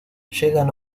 llegan